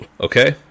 okay